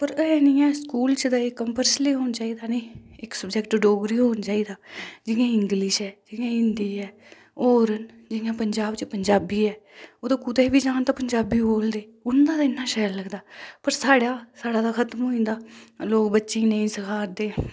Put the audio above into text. पर ऐ नी ऐ स्कूल च ते एह् कम्पल्सरी होना चाहिदा नी इक सब्जैक्ट कम्पलसरी होना चाहिदा जियां इंग्लिश जियां हिंदी ऐ और जियां पंजाब च पंजाबी ऐ ओह् ता कुतै बी जान तां पंजाबी बोलदे उंदा ता इन्ना शैल लग्गदा पर साढ़ा साढ़ा तां खत्म होई जंदा लोग बच्चें गी नेई सखा रदे